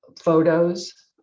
photos